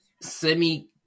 Semi